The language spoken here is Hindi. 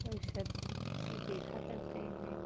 और सब चीज़ देखा करते हैं